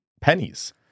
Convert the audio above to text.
pennies